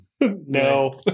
No